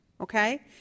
Okay